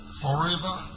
forever